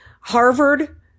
Harvard